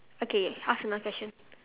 okay ask another question